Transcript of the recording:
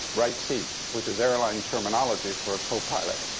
right seat, which is airline terminology for a copilot.